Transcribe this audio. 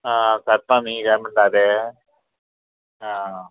आतां न्ही जा म्हणटा रे आ